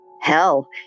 Hell